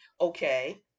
Okay